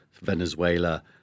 Venezuela